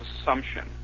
assumption